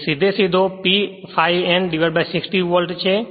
જે સીધેસીધો P ∅ N 60 volt છે